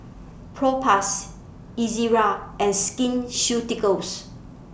Propass Ezerra and Skin Ceuticals